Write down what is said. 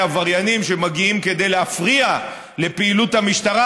עבריינים שמגיעים כדי להפריע לפעילות המשטרה,